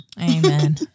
Amen